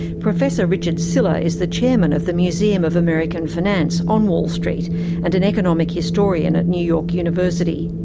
professor richard sylla is the chairman of the museum of american finance on wall street and an economic historian at new york university.